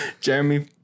Jeremy